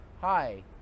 Hi